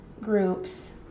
groups